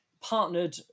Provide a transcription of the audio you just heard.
partnered